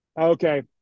Okay